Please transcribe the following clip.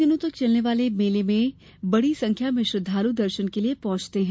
तीन दिन तक चलने वाले इस मेले में बड़ी संख्या में श्रद्धालु दर्शन के लिये पहुंचते हैं